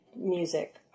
music